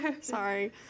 Sorry